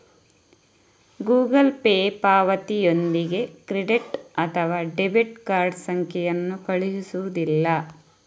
Google pay ಪಾವತಿಯೊಂದಿಗೆ credit ಅಥವಾ debit card ಸಂಖ್ಯೆಯನ್ನು ಕಳುಹಿಸುವುದಿಲ್ಲ